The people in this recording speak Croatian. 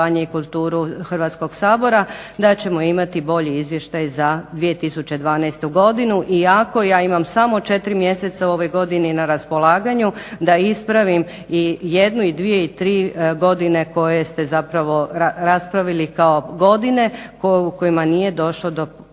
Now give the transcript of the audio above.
i kulturu Hrvatskog sabora da ćemo imati bolji izvještaj za 2012. godinu. Iako, ja imam samo 4 mjeseca u ovoj godini na raspolaganju da ispravim i jednu i dvije i tri godine koje ste zapravo raspravili kao godine u kojima nije došlo do